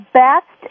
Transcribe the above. best